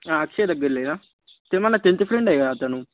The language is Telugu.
అక్షయ్ దగ్గర లేదా తె మన టెన్త్ ఫ్రెండేగా అతను